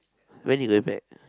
when he going back